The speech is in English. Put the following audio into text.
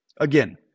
Again